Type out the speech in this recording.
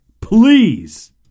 please